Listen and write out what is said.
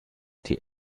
die